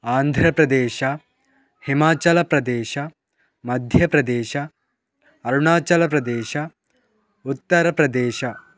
Andhra Pradesh Himachal Pradesh Madhya Pradesh Arunachal Pradesh Uttar Pradesh